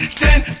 ten